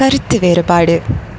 கருத்து வேறுபாடு